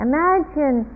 Imagine